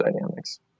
dynamics